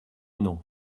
non